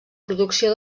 producció